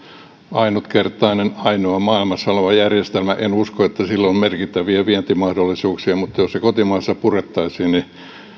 ainutkertainen ainoa maailmassa oleva järjestelmä en usko että sillä on merkittäviä vientimahdollisuuksia mutta jos se kotimaassa purettaisiin niin